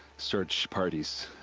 search parties.